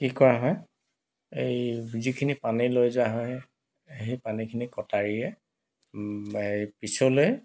কি কৰা হয় এই যিখিনি পানী লৈ যোৱা হয় সেই পানীখিনি কটাৰীয়ে পিছলৈ